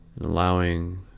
allowing